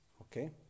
Okay